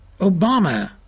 Obama